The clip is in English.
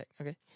Okay